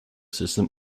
system